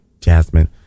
Jasmine